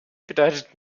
bedeutet